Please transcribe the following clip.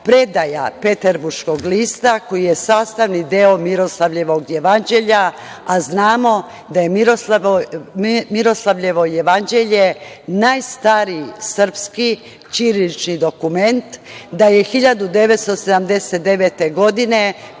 predaja „Peterburškog lista“ koji je sastavni deo „Miroslavljevog jevanđelja“, a znamo da je „Miroslavljevo jevanđelje“ najstariji srpski ćirilični dokument, da je 1979. godine